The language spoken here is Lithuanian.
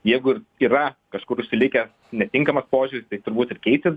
jeigu yra kažkur užsilikęs netinkamas požiūris tai turbūt ir keisis